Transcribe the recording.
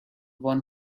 one